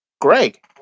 Greg